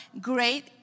great